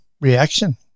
reaction